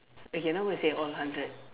okay not gonna say all hundred